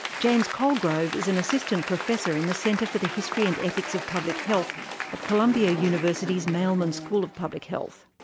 james colgrove in an assistant professor in the center for the history and ethics of public health at columbia university's mailman school of public health.